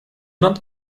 not